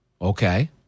Okay